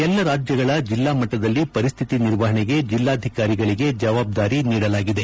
ಎಲ್ಲ ರಾಜ್ಯಗಳ ಜಿಲ್ಲಾಮಟ್ಟದಲ್ಲಿ ಪರಿಸ್ತಿತಿ ನಿರ್ವಹಣೆಗೆ ಜಿಲ್ಲಾಧಿಕಾರಿಗಳಿಗೆ ಜವಾಬ್ದಾರಿ ನೀಡಲಾಗಿದೆ